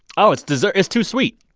oh, it's dessert. it's too sweet.